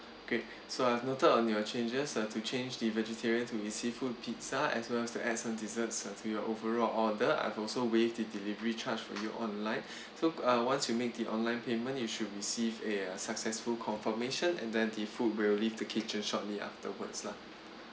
okay so I have noted on your changes uh to change the vegetarian to the seafood pizza as well as to add some desserts to your overall order I've also waived the delivery charge for you online so uh once you make the online payment you should receive a successful confirmation and then the food will leave the kitchen shortly afterwards lah